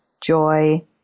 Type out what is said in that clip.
joy